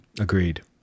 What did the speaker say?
Agreed